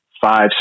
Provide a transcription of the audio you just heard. five